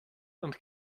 and